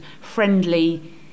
friendly